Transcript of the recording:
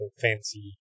fancy